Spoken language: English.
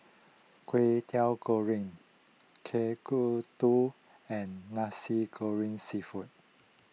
Kway Teow Goreng Kueh Kodok and Nasi Goreng Seafood